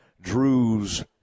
Drew's